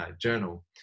journal